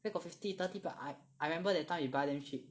where got fifty thirty plus I I remember that time you buy damn cheap